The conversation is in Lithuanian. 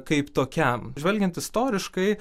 kaip tokiam žvelgiant istoriškai